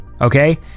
Okay